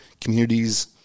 communities